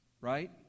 right